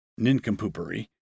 nincompoopery